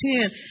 ten